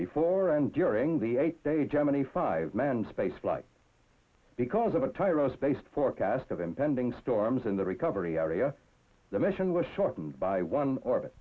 before and during the eight day gemini five manned space flight because of a tyro spaced forecast of impending storms in the recovery area the mission was shortened by one or